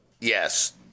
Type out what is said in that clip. yes